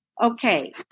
okay